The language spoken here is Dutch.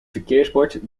verkeersbord